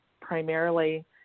primarily